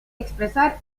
expresar